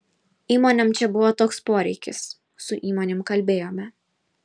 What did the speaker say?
įmonėm čia buvo toks poreikis su įmonėm kalbėjome